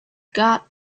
got